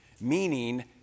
meaning